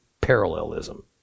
parallelism